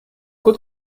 good